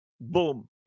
boom